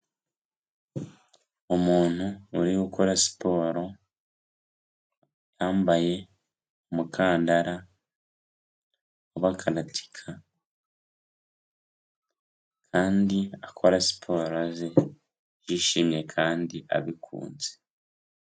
Umuntu uri gukora siporo, yambaye umukandara w'abakaratika kandi akora siporo azi, yishimye kandi abikunze.